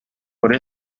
por